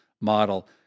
model